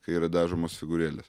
kai yra dažomos figūrėlės